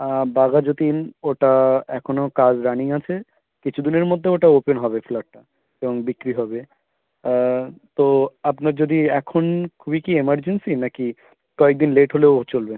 বাঘাযতীন ওটা এখনও কাজ রানিং আছে কিছু দিনের মধ্যে ওটা ওপেন হবে ফ্ল্যাটটা এবং বিক্রি হবে তো আপনার যদি এখন খুবই কি এমার্জেন্সি নাকি কয়েকদিন লেট হলেও চলবে